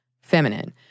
feminine